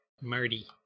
Marty